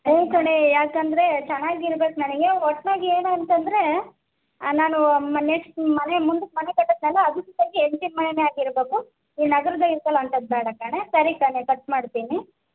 ಹ್ಞೂ ಕಣೆ ಯಾಕಂದರೆ ಚೆನಾಗಿರ್ಬೇಕು ನನಗೆ ಒಟ್ನಾಗ ಏನಂತಂದರೆ ನಾನೂ ಮ ನೆಕ್ಸ್ಟ್ ಮನೆ ಮುಂದುಕ್ಕೆ ಮನೆ ಕಟ್ಟತ್ನಲ್ಲ ಅದು ಹೆಂಚಿನ ಮನೆಯೇ ಆಗಿರಬೇಕು ಈ ನಗರ್ದಾಗ ಇರುತ್ತಲ್ಲ ಅಂಥದ್ದು ಬೇಡ ಕಣೆ ಸರಿ ಕಣೆ ಕಟ್ ಮಾಡ್ತೀನಿ